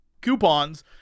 coupons